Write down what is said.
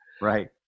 right